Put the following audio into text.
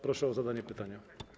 Proszę o zadanie pytania.